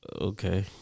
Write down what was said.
Okay